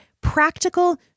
practical